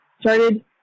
started